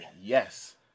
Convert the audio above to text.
Yes